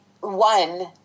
One